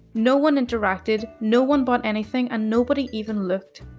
no one interacted, no one bought anything, and nobody even looked.